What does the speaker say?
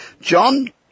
John